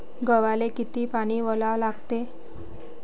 गव्हाले किती पानी वलवा लागते?